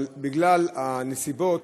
אבל בגלל הנסיבות,